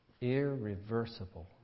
Irreversible